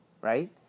right